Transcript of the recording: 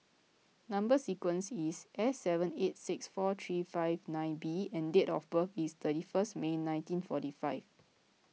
Number Sequence is S seven eight six four three five nine B and date of birth is thirty first May nineteen forty five